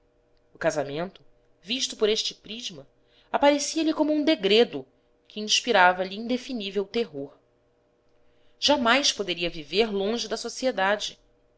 o casamento visto por este prisma aparecia-lhe como um degredo que inspirava lhe indefinível terror jamais poderia viver longe da sociedade